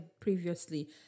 previously